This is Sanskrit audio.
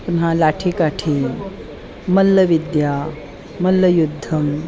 पुनः लाठिकाठी मल्लविद्या मल्लयुद्धम्